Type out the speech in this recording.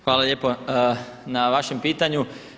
Hvala lijepo na vašem pitanju.